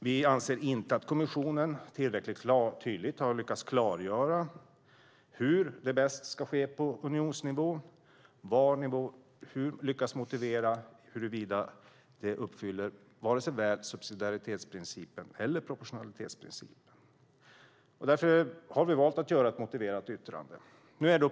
Vi anser inte att kommissionen tillräckligt klart och tydligt har lyckats klargöra hur det bäst ska ske på unionsnivå, inte lyckats motivera huruvida det uppfyller subsidiaritetsprincipen eller proportionalitetsprincipen. Därför har vi valt att göra ett motiverat yttrande.